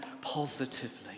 positively